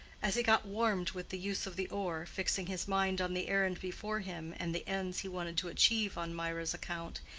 as he got warmed with the use of the oar, fixing his mind on the errand before him and the ends he wanted to achieve on mirah's account,